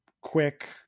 quick